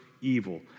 evil